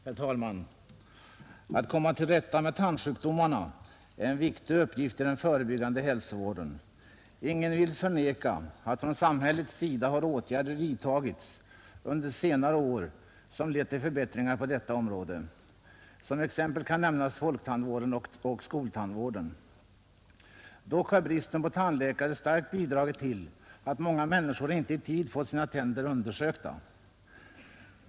Herr talman! Att komma till rätta med tandsjukdomarna är en viktig uppgift i den förebyggande hälsovården. Ingen vill förneka att från samhällets sida har åtgärder vidtagits under senare år som lett till förbättringar på detta område. Som exempel kan nämnas folktandvården och skoltandvården. Dock har bristen på tandläkare starkt bidragit till att många människor inte i tid fått sina tänder undersökta.